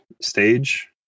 stage